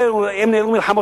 לא גדולה.